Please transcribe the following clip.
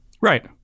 Right